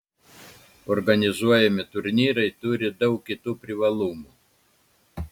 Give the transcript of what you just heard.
organizuojami turnyrai turi daug kitų privalumų